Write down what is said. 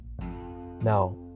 Now